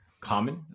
common